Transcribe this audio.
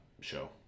show